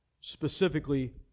Specifically